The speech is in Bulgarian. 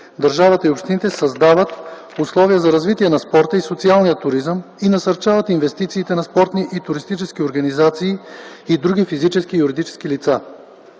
държавата и общините създават условия за развитие на спорта и социалния туризъм и насърчават инвестициите на спортни и туристически организации и други физически и юридически лица